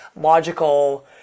logical